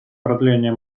продления